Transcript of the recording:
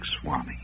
Swami